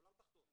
עולם תחתון.